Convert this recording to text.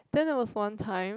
then there was one time